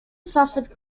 suffered